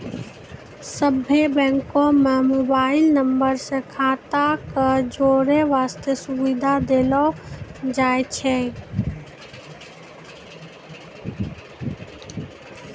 सभ्भे बैंको म मोबाइल नम्बर से खाता क जोड़ै बास्ते सुविधा देलो जाय छै